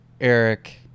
Eric